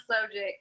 subject